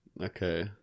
Okay